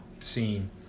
scene